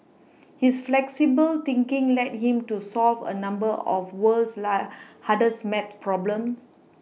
his flexible thinking led him to solve a number of the world's hardest math problems